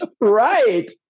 right